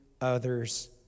others